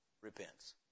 Repents